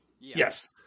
Yes